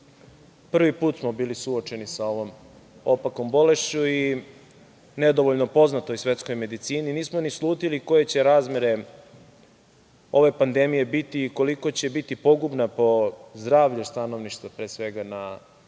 prvi put smo bili suočeni sa ovom opakom bolešću i nedovoljno poznatoj svetskoj medicini. Nismo ni slutili koje će razmere ove pandemije biti i koliko će biti pogubna po zdravlje stanovništva, pre svega, na celoj